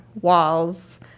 walls